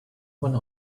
one